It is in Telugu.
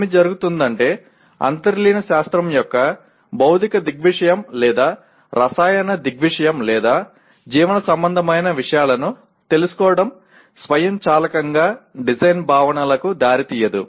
ఏమి జరుగుతుందంటే అంతర్లీన శాస్త్రం లేదా భౌతిక దృగ్విషయం లేదా రసాయన దృగ్విషయం లేదా జీవసంబంధమైన విషయాలను తెలుసుకోవడం స్వయంచాలకంగా డిజైన్ భావనలకు దారితీయదు